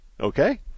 okay